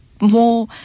more